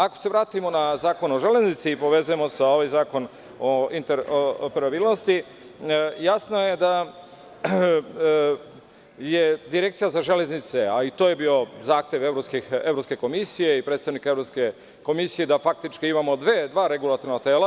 Ako se vratimo na Zakon o železnici i povežemo sa ovim Zakonom o interoparabilnosti, jasno je da je Direkcija za železnice, a i to je bio zahtev Evropske komisije i predstavnika Evropske komisije da faktički imamo dva regulatorna tela.